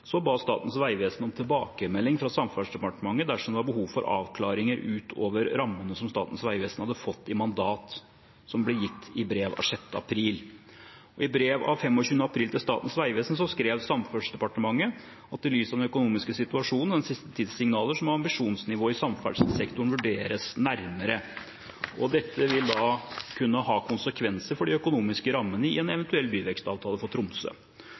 ba Statens vegvesen om tilbakemelding fra Samferdselsdepartementet dersom det var behov for avklaringer utover rammene som Statens vegvesen hadde fått i mandat, som ble gitt i brev av 6. april. I brev av 25. april til Statens vegvesen skrev Samferdselsdepartementet: «I lys av den økonomiske situasjonen og den siste tids signaler må ambisjonsnivået i samferdselssektoren vurderes nærmere. Dette vil kunne ha konsekvenser for de økonomiske rammer i en eventuell byvekstavtale for Tromsø.